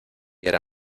era